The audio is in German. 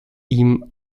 ihm